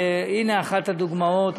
והנה אחת הדוגמאות המעניינות: